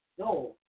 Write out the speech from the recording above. no